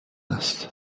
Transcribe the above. است